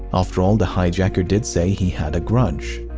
after all, the hijacker did say he had a grudge.